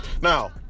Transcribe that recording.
Now